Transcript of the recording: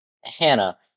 Hannah